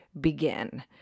begin